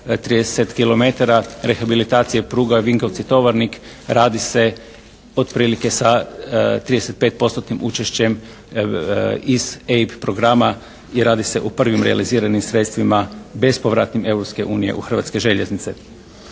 rehabilitacije pruga Vinkovci-Tovarnik radi se otprilike sa 35 postotnim učešćem iz ABE programa i radi se o prvim realiziranim sredstvima bespovratnim Europske unije u Hrvatske željeznice.